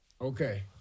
Okay